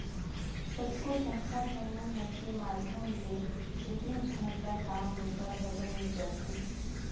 कतको संस्था समूह मन के माध्यम ले केतनो झन ल काम बूता घलो मिल जाथे